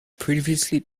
previously